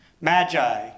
Magi